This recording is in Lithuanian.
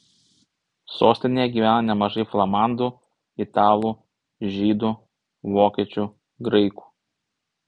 sostinėje gyvena nemažai flamandų italų žydų vokiečių graikų